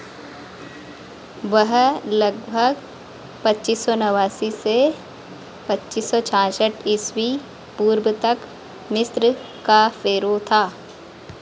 वह लगभग पच्चीस सौ नवासी से पच्चीस सौ छियासठ ईसा पूर्व तक मिस्र का फेरो था